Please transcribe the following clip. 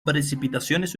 precipitaciones